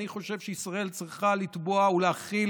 אני חושב שישראל צריכה לתבוע ולהחיל